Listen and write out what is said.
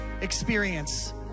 experience